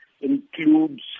includes